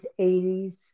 80s